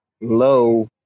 low